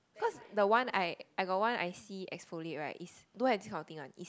cause the one I I got one I see exfoliate right is don't have this kind of thing one is